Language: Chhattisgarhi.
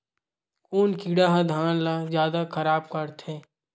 कोन कीड़ा ह धान ल जादा खराब करथे?